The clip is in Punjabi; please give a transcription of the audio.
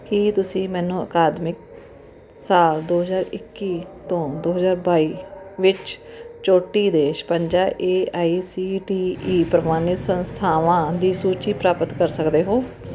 ਕੀ ਤੁਸੀਂ ਮੈਨੂੰ ਅਕਾਦਮਿਕ ਸਾਲ ਦੋ ਹਜ਼ਾਰ ਇੱਕੀ ਤੋਂ ਦੋ ਹਜ਼ਾਰ ਬਾਈ ਵਿੱਚ ਚੋਟੀ ਦੇ ਛਪੰਜਾ A I C T E ਪਰਵਾਨਿਤ ਸੰਸਥਾਵਾਂ ਦੀ ਸੂਚੀ ਪ੍ਰਾਪਤ ਕਰ ਸਕਦੇ ਹੋ